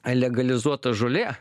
legalizuota žolė